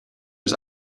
was